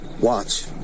watch